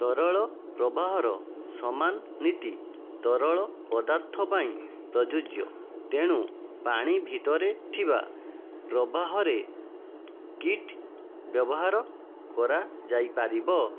ତରଳ ପ୍ରବାହର ସମାନ ନୀତି ତରଳ ପଦାର୍ଥ ପାଇଁ ପ୍ରଯୁଜ୍ୟ ତେଣୁ ପାଣି ଭିତରେ ଥିବା ପ୍ରବାହରେ କିଟ୍ ବ୍ୟବହାର କରାଯାଇପାରିବ